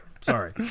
Sorry